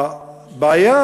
הבעיה